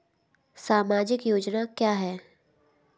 सामाजिक योजना क्या है?